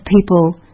people